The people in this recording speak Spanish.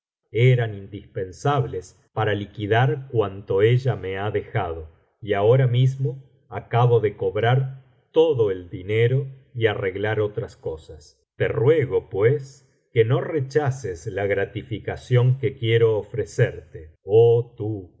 eran indispensables para liquidar cuanto biblioteca valenciana las mil noches y una noche ella me ha dejado y ahora misino acabo de cobrar todo el dinero y arreglar otras cosas te ruego pues que no rechaces la gratificación que quiero ofrecerte oh tú que